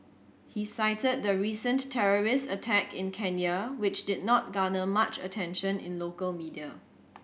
he cited the recent terrorist attack in Kenya which did not garner much attention in local media